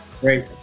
Great